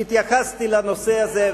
התייחסתי לנושא הזה,